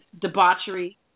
debauchery